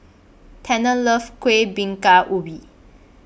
Tanner loves Kuih Bingka Ubi